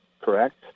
Correct